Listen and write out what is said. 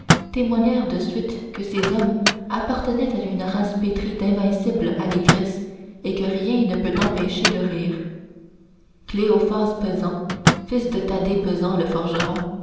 témoignèrent de suite que ces hommes appartenaient à une race pétrie d'invincible allégresse et que rien ne peut empêcher de rire cléophas pesant fils de thadée pesant le forgeron